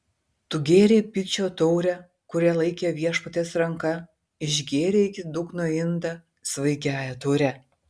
tu gėrei pykčio taurę kurią laikė viešpaties ranka išgėrei iki dugno indą svaigiąją taurę